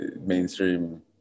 mainstream